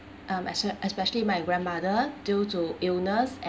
um espec~ especially my grandmother due to illness and